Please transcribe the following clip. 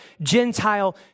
Gentile